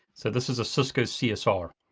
so this is a cisco csr.